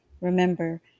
Remember